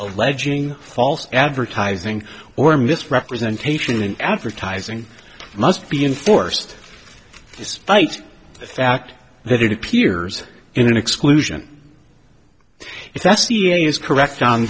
alleging false advertising or misrepresentation and advertising must be enforced despite the fact that it appears in an exclusion is that ca is correct